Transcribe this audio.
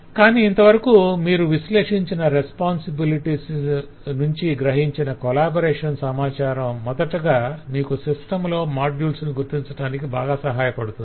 కాని ఇంతవరకు మీరు విశ్లేషించిన రెస్పొంసిబిలిటీస్ నుంచి గ్రహించిన కొలాబరేషన్ సమాచారం మొదటగా మీకు సిస్టం లో మాడ్యుల్స్ ను గుర్తించటానికి బాగా సహాయపడుతుంది